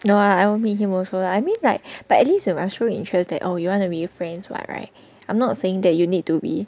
no lah I won't meet him also lah I mean like but at least you must show interest that oh you want to be friends [what] right I'm not saying that you need to be